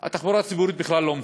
התחבורה הציבורית בכלל לא מפותחת,